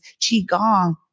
Qigong